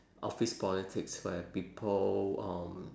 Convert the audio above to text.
office politics where people um